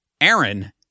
Aaron